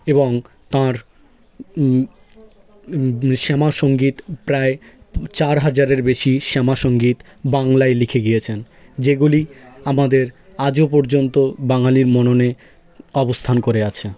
এবং তাঁর শ্যামা সঙ্গীত প্রায় চার হাজারের বেশি শ্যামা সঙ্গীত বাংলায় লিখে গিয়েছেন যেগুলি আমাদের আজও পর্যন্ত বাঙালির মননে অবস্থান করে আছে